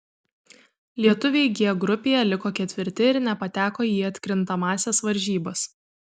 lietuviai g grupėje liko ketvirti ir nepateko į atkrintamąsias varžybas